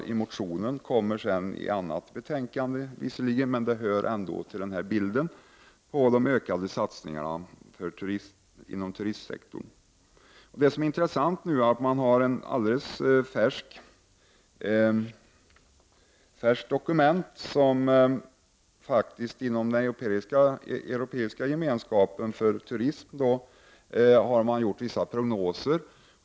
Denna motion kommer visserligen att behandlas i ett annat betänkande, men detta hör ändå till bilden när det gäller de ökade satsningarna inom turistsektorn. Det finns nu ett alldeles färskt dokument där den europeiska gemenskapen för turism har gjort vissa prognoser.